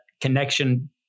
connection